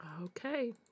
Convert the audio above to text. Okay